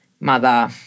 Mother